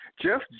Jeff